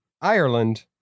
Ireland